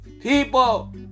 people